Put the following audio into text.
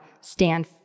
stand